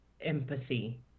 empathy